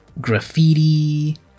graffiti